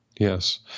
Yes